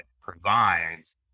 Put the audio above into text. provides